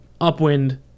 upwind